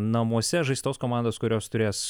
namuose žais tos komandos kurios turės